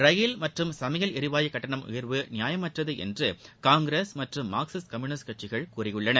ரயில் மற்றும் சமையல் எரிவாயு கட்டணம் உயர்வு நியாயமற்றதுஎன்று காங்கிரஸ் மற்றும் மார்க்சிஸ்ட் கம்யுனிஸ்ட் கட்சிகள் கூறியுள்ளன